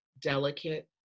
delicate